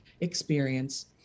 experience